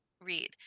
read